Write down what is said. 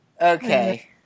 Okay